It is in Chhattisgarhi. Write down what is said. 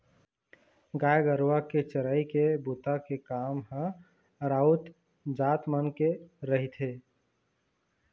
गाय गरुवा के चरई के बूता के काम ह राउत जात मन के रहिथे